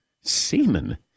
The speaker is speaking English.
semen